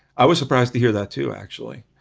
i was surprised to hear that too, actually.